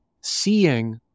seeing